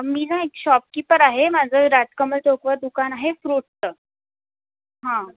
मी ना एक shopkeeper आहे माझं राजकमल चौकवर दुकान आहे फ्रूटचं हां